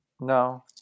No